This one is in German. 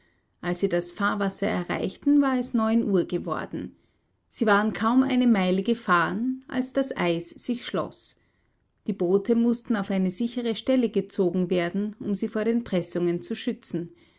als sie das fahrwasser erreichten war es neun uhr geworden sie waren kaum eine meile gefahren als das eis sich schloß die boote mußten auf eine sichere stelle gezogen werden um sie vor den pressungen zu schützen